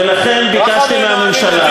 ולכן ביקשתי מהממשלה,